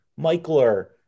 Michler